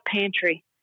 Pantry